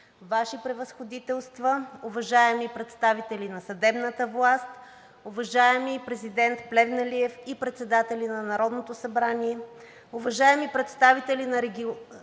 Ваши Превъзходителства, уважаеми представители на съдебната власт, уважаеми президент Плевнелиев и председатели на Народното събрание, уважаеми представители на